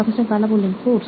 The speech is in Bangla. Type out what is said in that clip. professor Bala course